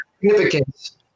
significance